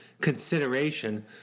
consideration